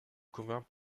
convainc